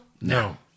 No